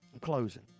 closing